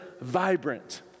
vibrant